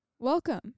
Welcome